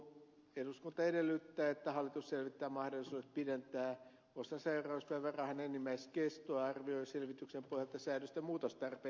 eduskunta edellyttää että hallitus selvittää mahdollisuudet pidentää osasairauspäivärahan enimmäiskestoa ja arvioi selvityksen pohjalta säädösten muutostarpeet